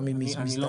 גם אם היא מסתיימת?